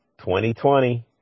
2020